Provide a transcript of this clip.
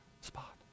spot